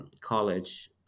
college